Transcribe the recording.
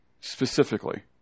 specifically